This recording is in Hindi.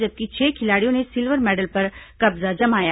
जबकि छह खिलाड़ियों ने सिल्वर मैडल पर कब्जा जमाया